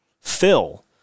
fill